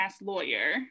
lawyer